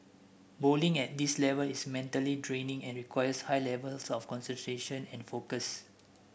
bowling at this level is mentally draining and requires high levels of concentration and focus